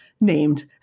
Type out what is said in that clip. named